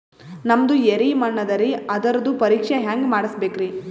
ನಮ್ದು ಎರಿ ಮಣ್ಣದರಿ, ಅದರದು ಪರೀಕ್ಷಾ ಹ್ಯಾಂಗ್ ಮಾಡಿಸ್ಬೇಕ್ರಿ?